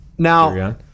Now